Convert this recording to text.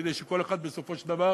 כדי שכל אחד בסופו של דבר